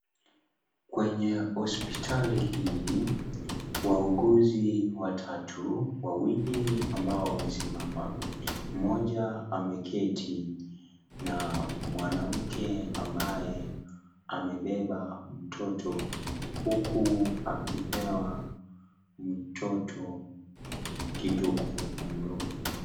Kwenye hospitali hii wauguzi watatu, wawili ambao wamesimama, mmoja ameketi na mwanamke ambaye amebeba mtoto huku akipewa mtoto kitu kwenye mdomo.